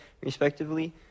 respectively